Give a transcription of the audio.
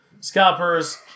scalpers